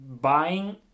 buying